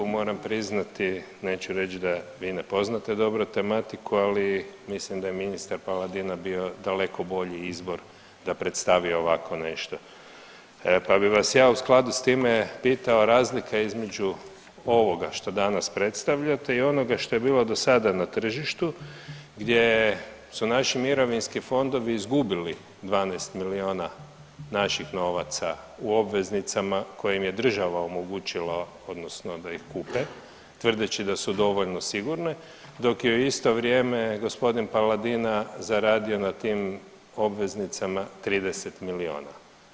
Moram priznati neću reći da vi ne poznate dobro tematiku, ali mislim da je ministar Paladina bio daleko bolji izbor da predstavi ovako nešto, pa bih vas ja u skladu sa time pitao razlika između ovoga šta danas predstavljate i onoga što je bilo do sada na tržištu gdje su naši mirovinski fondovi izgubili 12 milijuna naših novaca u obveznicama kojim je država omogućila odnosno da ih kupe tvrdeći da su dovoljno sigurne, dok je isto vrijeme g. Paladina zaradio na tim obveznicama 30 milijuna.